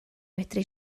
medru